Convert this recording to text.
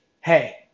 hey